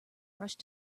rushed